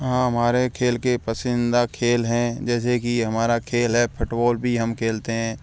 हाँ हमारे खेल के पसंदीदा खेल हैं जैसे कि हमारा खेल है फुटबॉल भी हम खेलते हैं